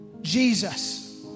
Jesus